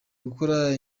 gukora